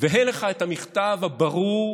והא לך המכתב הברור,